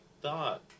thought